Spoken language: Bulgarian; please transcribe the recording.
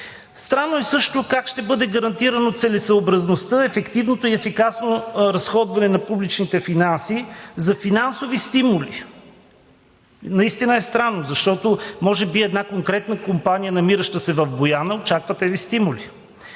Странно е също как ще бъде гарантирана целесъобразността, ефективното и ефикасно разходване на публичните финанси за финансови стимули? Наистина е странно, защото може би една конкретна компания, намираща се в Бояна, очаква тези стимули!?